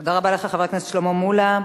תודה רבה לך, חבר הכנסת שלמה מולה.